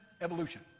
evolution